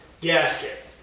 gasket